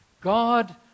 God